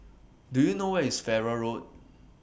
Do YOU know Where IS Farrer Road